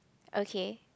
okay